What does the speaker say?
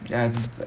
ya it's